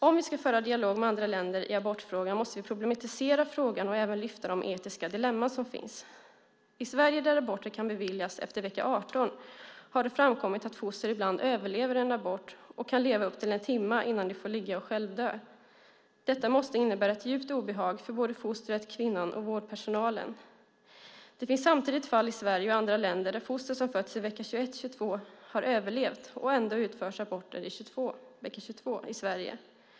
Om vi ska föra dialog med andra länder i abortfrågan måste vi problematisera frågan och även lyfta de etiska dilemman som finns. I Sverige där aborter kan beviljas efter vecka 18 har det framkommit att foster ibland överlever en abort och kan leva upp till en timma innan de får ligga och självdö. Detta måste innebära ett djupt obehag för både fostret, kvinnan och vårdpersonalen. Det finns samtidigt fall i Sverige och i andra länder där foster som fötts i vecka 21-22 har överlevt. Ändå utförs aborter i vecka 22 i Sverige.